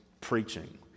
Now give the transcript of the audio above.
preaching